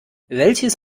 welches